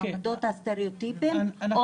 העמדות הסטריאוטיפיות או